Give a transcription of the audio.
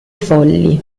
folli